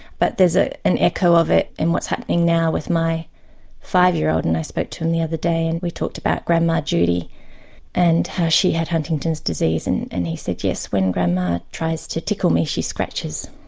but there's ah an echo of it in what's happening now with my five year old, and i spoke to him the other day and we talked about grandma judy and how she had huntington's disease and and he said yes, when grandma tries to tickle me she scratches.